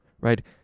right